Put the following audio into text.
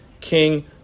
king